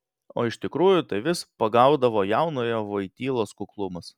o iš tikrųjų tai vis pagaudavo jaunojo vojtylos kuklumas